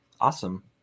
Awesome